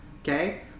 okay